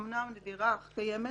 אמנם נדירה אך קיימת,